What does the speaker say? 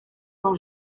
sans